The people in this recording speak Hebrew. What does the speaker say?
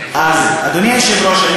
אדוני היושב-ראש,